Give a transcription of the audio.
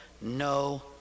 No